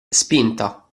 spinta